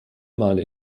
male